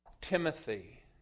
Timothy